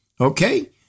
Okay